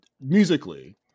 musically